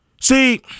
see